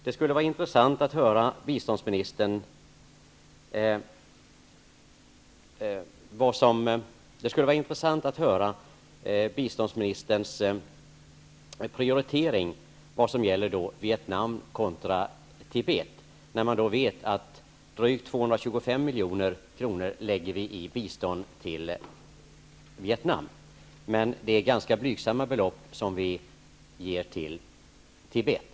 Det skulle vara intressant att höra biståndsministerns syn på prioriteringen när det gäller Vietnam kontra Tibet, mot bakgrund av att vi ger drygt 225 milj.kr. i bistånd till Vietnam men ganska blygsamma belopp till Tibet.